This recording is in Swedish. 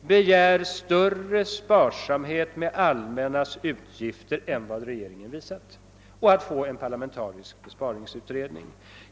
begär större återhållsamhet med det allmännas utgifter än vad regeringen visat och eh parlamentarisk besparingsutredning.